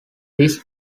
these